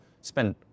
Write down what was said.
spend